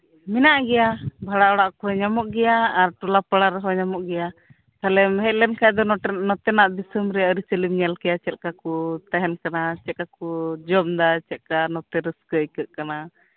ᱢᱮᱱᱟᱜ ᱜᱮᱭᱟ ᱵᱷᱟᱲᱟ ᱚᱲᱟᱜ ᱠᱚ ᱧᱟᱢᱚᱜ ᱜᱮᱭᱟ ᱟᱨ ᱴᱚᱞᱟ ᱯᱟᱲᱟ ᱨᱮᱦᱚᱸ ᱧᱟᱢᱚᱜ ᱜᱮᱭᱟ ᱛᱟᱦᱞᱮᱢ ᱦᱮᱡ ᱞᱮᱱᱠᱷᱟᱱ ᱫᱚ ᱱᱚᱛᱮᱱᱟᱜ ᱫᱤᱥᱚᱢᱨᱮ ᱟᱹᱨᱤᱪᱟᱹᱞᱤᱢ ᱧᱮᱞ ᱠᱮᱭᱟ ᱪᱮᱫ ᱞᱮᱠᱟ ᱠᱚ ᱛᱟᱸᱦᱮᱱ ᱠᱟᱱᱟ ᱪᱮᱫ ᱞᱮᱠᱟ ᱠᱚ ᱡᱚᱢ ᱫᱟ ᱱᱚᱛᱮ ᱨᱟᱹᱥᱠᱟᱹ ᱟᱭᱠᱟᱹᱜ ᱠᱟᱱᱟ